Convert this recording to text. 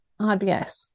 IBS